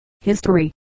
History